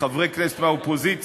חברי כנסת מהאופוזיציה,